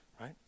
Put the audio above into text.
Right